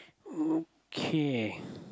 okay